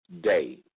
day